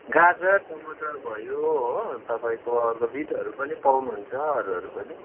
गाजर टमाटर भयो हो तपाईँको बिटहरू पनि पाउनु हुन्छ अरूहरू पनि